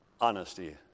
honesty